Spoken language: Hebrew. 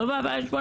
לא ב-2018.